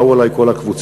באו אלי כל הקבוצה,